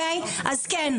אז כן.